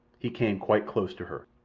he came quite close to her.